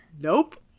Nope